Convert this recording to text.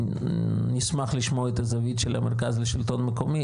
נשמח לשמוע את הזווית של המרכז לשלטון מקומי,